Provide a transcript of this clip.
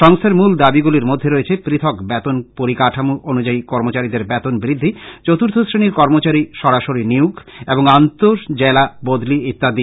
সংস্থার মূল দাবী গুলির মধ্যে রয়েছে পথক বেতন পরিকাঠামো অনুযায়ী কর্মচারীদের বেতন বৃদ্ধি চতুর্থ শ্রেনীর কর্মচারী সড়াসরি নিয়োগ এবং আন্তঃজেলা ট্রান্সফার ইত্যাদি